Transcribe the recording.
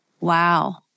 wow